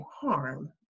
harm